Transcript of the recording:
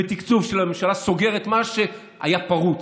בתקצוב של הממשלה, סוגרת את מה שהיה פרוץ.